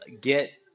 get